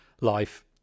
life